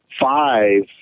five